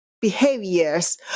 behaviors